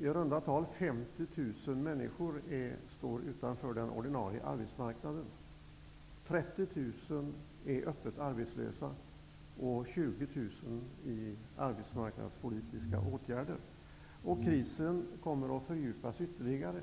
I runda tal 50 000 människor står utanför den ordinarie arbetsmarknaden. 30 000 är öppet arbetslösa, och 20 000 är föremål för arbetsmarknadspolitiska åtgärder. Och krisen kommer att fördjupas ytterligare.